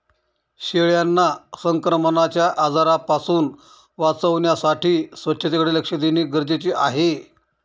शेळ्यांना संक्रमणाच्या आजारांपासून वाचवण्यासाठी स्वच्छतेकडे लक्ष देणे गरजेचे आहे